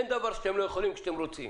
אין דבר שאתם לא יכולים, כאשר אתם רוצים,